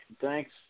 Thanks